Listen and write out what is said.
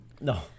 No